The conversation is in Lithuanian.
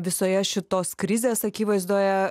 visoje šitos krizės akivaizdoje